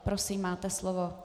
Prosím, máte slovo.